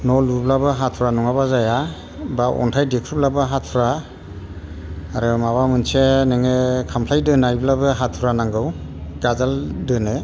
न' लुब्लाबो हाथुरा नङाबा जाया बा अन्थाइ देख्रुबब्लाबो हाथुरा आरो माबा मोनसे नोङो खामफ्लाय दोनायब्लाबो हाथुरा नांगौ गाजोल दोनो